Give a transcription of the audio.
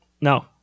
No